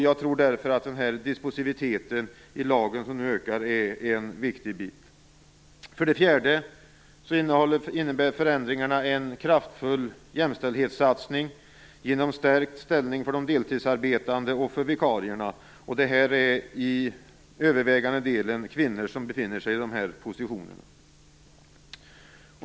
Jag tror därför att disposiviteten i lagen, som nu ökar, är viktig. För det fjärde innebär förändringarna en kraftfull jämställdhetssatsning genom en stärkt ställning för de deltidsarbetande och för vikarierna. Det är till övervägande delen kvinnor som befinner sig i dessa positioner.